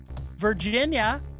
Virginia